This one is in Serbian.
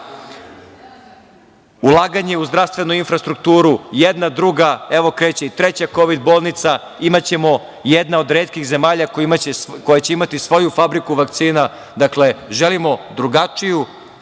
ulaganje u zdravstvenu infrastrukturu, jedna, druga, evo kreće i treća kovid bolnica, bićemo jedna od retkih zemalja koja će imati svoju fabriku vakcina. Dakle, želimo drugačiju